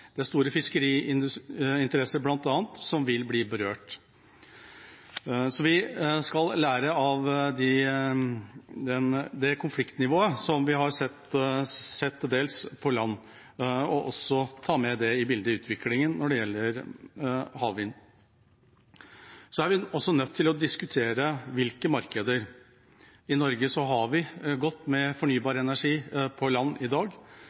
Det er store fiskeriinteresser bl.a. som vil bli berørt. Vi skal lære av det konfliktnivået som vi til dels har sett på land, og ta det med i bildet og utviklingen når det gjelder havvind. Vi er også nødt til å diskutere hvilke markeder. I Norge har vi godt med fornybar energi på land i dag.